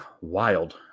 wild